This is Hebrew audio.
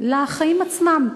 לחיים עצמם.